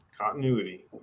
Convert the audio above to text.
Continuity